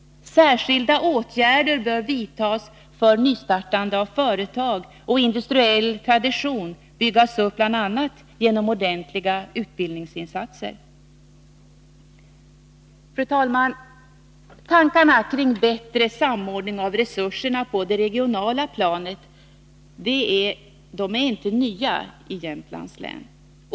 Särskilda åtgärder bör vidtas för nystartande av företag och industriell tradition bör byggas upp, bl.a. genom ordentliga utbildningsinsatser. Fru talman! Tankarna kring bättre samordning av resurserna på det regionala planet är inte nya i Jämtlands län.